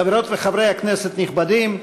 חברות וחברי כנסת נכבדים,